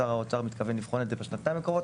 שר האוצר מתכוון לבחון את זה בשנתיים הקרובות,